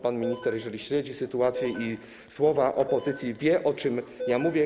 Pan minister, jeżeli śledzi sytuację i słowa opozycji, wie, o czym mówię.